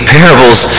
parables